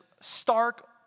stark